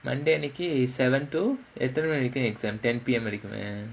but technically is seven to எத்தன மணி வரைக்கும்:ethana mani varaikkum exam ten P_M வரைக்குமா:varaikkumaa